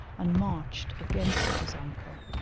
and marched against his uncle.